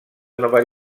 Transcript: nova